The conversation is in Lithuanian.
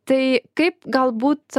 tai kaip galbūt